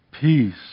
Peace